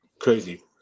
Crazy